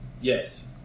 Yes